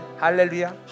Hallelujah